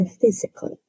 physically